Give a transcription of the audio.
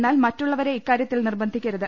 എന്നാൽ മറ്റുള്ളവരെ ഇക്കാര്യത്തിൽ നിർബന്ധിക്കരു ത്